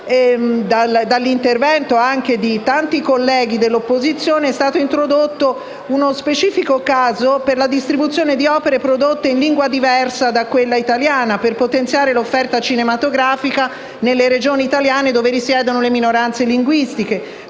dall’intervento di tanti colleghi dell’opposizione, è stato introdotto uno specifico caso per la distribuzione di opere prodotte in lingua diversa da quella italiana, per potenziare l’offerta cinematografica nelle Regioni italiane dove risiedono le minoranze linguistiche.